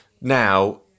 Now